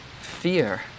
fear